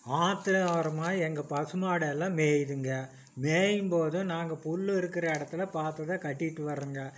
ஆற்று ஓரமாய் எங்கள் பசு மாடெல்லாம் மேயுதுங்க மேயும்போதும் நாங்கள் புல் இருக்கிற இடத்துல பார்த்து தான் கட்டிவிட்டு வரோங்க